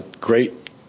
great